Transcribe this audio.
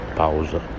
pausa